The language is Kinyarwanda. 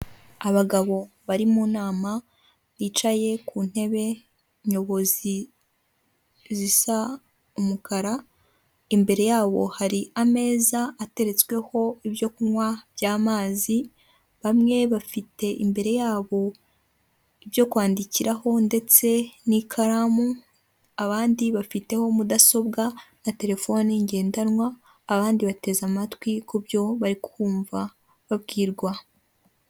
Abagabo bari mu nama bicaye ku ntebe nyobozi zisa umukara, imbere yabo hari ameza ateretsweho ibyo kunywa by'amazi, bamwe bafite imbere yabo ibyo kwandikiraho ndetse n'ikaramu, abandi bafiteho mudasobwa na telefoni ngendanwa, abandi bateze amatwi kubyo bari kumva babwirwa.